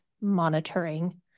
monitoring